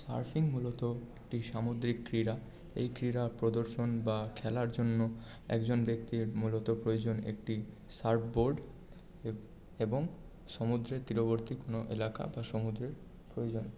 surfing মূলত একটি সামুদ্রিক ক্রীড়া এই ক্রীড়ার প্রদর্শন বা খেলার জন্য একজন ব্যক্তি মূলত প্রয়োজন একটি সার্ফ বোট এবং সমুদ্রের তীরবর্তী কোনও এলাকা বা সমুদ্র প্রয়োজন